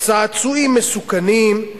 צעצועים מסוכנים,